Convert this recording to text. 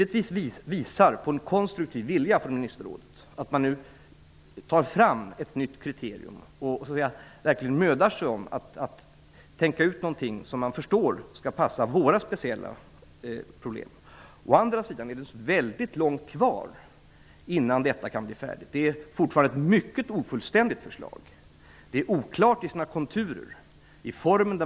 Det visar givetvis på en konstruktiv vilja från ministerrådet att man nu tar fram ett nytt kriterium och verkligen bemödar sig om att tänka ut någonting som man förstår skall passa våra speciella problem. Å andra sidan är det väldigt långt kvar innan detta kan bli färdigt. Det är fortfarande ett mycket ofullständigt förslag. Det är oklart i sina konturer och till formen.